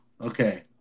Okay